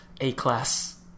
A-class